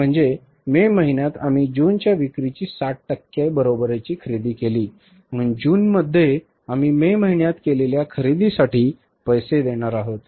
ते म्हणजे मे महिन्यात आम्ही जूनच्या विक्रीची 60 टक्के बरोबरीची खरेदी केली म्हणून जूनमध्ये आम्ही मे महिन्यात केलेल्या खरेदीसाठी पैसे देणार आहोत